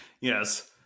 Yes